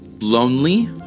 lonely